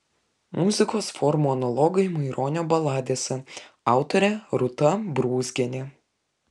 muzikos formų analogai maironio baladėse autorė rūta brūzgienė